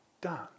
done